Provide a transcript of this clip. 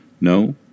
No